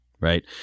right